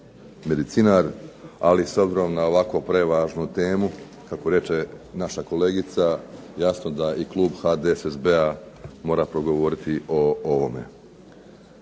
medicinar, ali s obzirom na ovako prevažnu temu kako reče naša kolegica jasno da i klub HDSSB-a mora progovoriti o ovome.